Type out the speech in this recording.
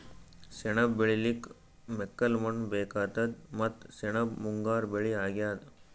ಸೆಣಬ್ ಬೆಳಿಲಿಕ್ಕ್ ಮೆಕ್ಕಲ್ ಮಣ್ಣ್ ಬೇಕಾತದ್ ಮತ್ತ್ ಸೆಣಬ್ ಮುಂಗಾರ್ ಬೆಳಿ ಅಗ್ಯಾದ್